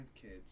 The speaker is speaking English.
kids